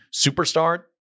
superstar